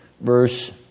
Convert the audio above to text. verse